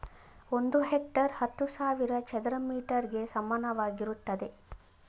ಒಂದು ಹೆಕ್ಟೇರ್ ಹತ್ತು ಸಾವಿರ ಚದರ ಮೀಟರ್ ಗೆ ಸಮಾನವಾಗಿರುತ್ತದೆ